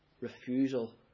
refusal